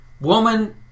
Woman